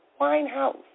Winehouse